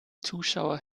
zuschauer